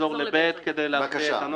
נחזור ל-7(ב) כדי להקריא את הנוסח.